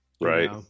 Right